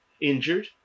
injured